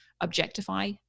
objectify